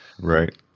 Right